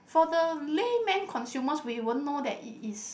for the layman consumers we won't know that it is